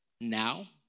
now